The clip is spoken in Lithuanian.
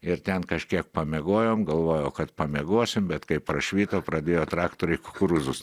ir ten kažkiek pamiegojom galvojau kad pamiegosim bet kai prašvito pradėjo traktoriai kukurūzus